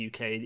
uk